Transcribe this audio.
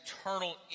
eternal